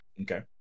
Okay